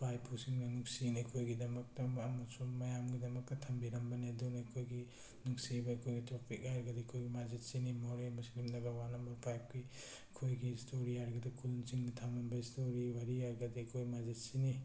ꯏꯄꯥ ꯏꯄꯨ ꯁꯤꯡꯅ ꯅꯨꯡꯁꯤꯅ ꯑꯩꯈꯣꯏꯒꯤꯗꯃꯛꯇ ꯑꯃꯁꯨꯡ ꯃꯌꯥꯝꯒꯤꯗꯃꯛꯇ ꯊꯝꯕꯤꯔꯝꯕꯅꯤ ꯑꯗꯨꯅ ꯑꯩꯈꯣꯏꯒꯤ ꯅꯨꯡꯁꯤꯕ ꯑꯩꯈꯣꯏ ꯇꯣꯄꯤꯛ ꯍꯥꯏꯔꯒꯗꯤ ꯑꯩꯈꯣꯏꯒꯤ ꯃꯁꯖꯤꯠꯁꯤꯅꯤ ꯃꯣꯔꯦ ꯃꯨꯁꯂꯤꯝ ꯅꯝꯕꯔ ꯋꯥꯟ ꯇꯥꯏꯞꯀꯤ ꯑꯩꯈꯣꯏꯒꯤ ꯏꯁꯇꯣꯔꯤ ꯍꯥꯏꯔꯒꯗꯤ ꯈꯨꯟꯁꯤꯡꯅ ꯊꯥꯝꯂꯝꯕ ꯏꯁꯇꯣꯔꯤ ꯋꯥꯔꯤ ꯍꯥꯏꯔꯒꯗꯤ ꯑꯩꯈꯣꯏ ꯃꯁꯖꯤꯠꯁꯤꯅꯤ